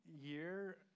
year